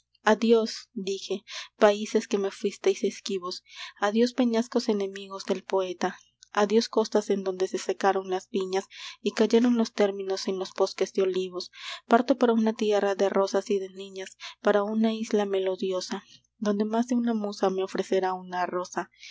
crepúsculo violeta adiós dije países que me fuisteis esquivos adiós peñascos enemigos del poeta adiós costas en donde se secaron las viñas y cayeron los términos en los vosques de olivos parto para una tierra de rosas y de niñas para una isla melodiosa donde más de una musa me ofrecerá una rosa